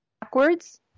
backwards